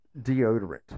deodorant